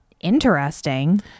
interesting